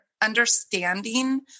understanding